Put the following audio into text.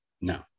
no